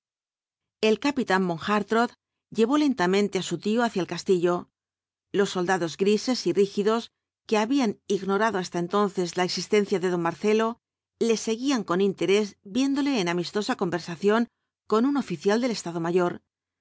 el capitán von hartrott llevó lentamente á su tío hacia el castillo los soldados grises y rígidos que habían ignorado hasta entonces la existencia de don marcelo le seguían con interés viéndole en amistosa conversación con un oficial del estado mayor